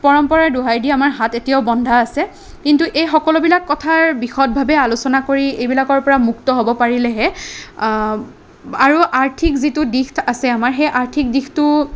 পৰম্পৰাৰ দোহাই দি আমাৰ হাত এতিয়াও বন্ধা আছে কিন্তু এই সকলোবিলাক কথাৰ বিষদভাৱে আলোচনা কৰি এইবিলাকৰ পৰা মুক্ত হ'ব পাৰিলেহে আৰু আৰ্থিক যিটো দিশ আছে আমাৰ সেই আৰ্থিক দিশটোও